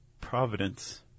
providence